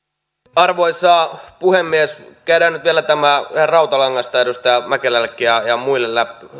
arvoisa puhemies käydään nyt vielä ihan rautalangasta edustaja mäkelällekin ja ja muille